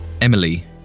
Emily